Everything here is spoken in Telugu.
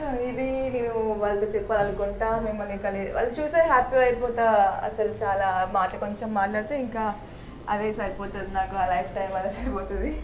ఇది ఇది వాళ్ళది చెప్పాలనుకుంటు మిమ్మల్ని కలి వాళ్ళని చూసే హ్యాపీ అయిపోతు అసలు చాలా మాట కొంచెం మాట్లాడితే ఇంక అదే సరిపోతుంది నాకు లైఫ్ టైం అదే సరిపోతుంది